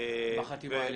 בחטיבה העליונה.